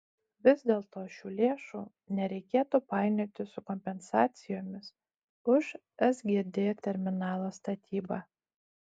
vis dėlto šių lėšų nereikėtų painioti su kompensacijomis už sgd terminalo statybą